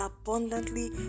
abundantly